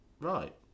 right